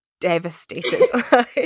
devastated